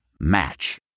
Match